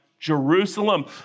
Jerusalem